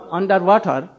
underwater